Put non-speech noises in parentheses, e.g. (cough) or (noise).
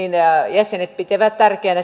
jäsenet pitävät tärkeänä (unintelligible)